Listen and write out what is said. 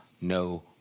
no